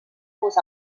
uus